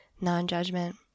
non-judgment